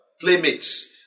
playmates